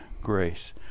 grace